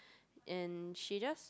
and she just